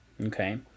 Okay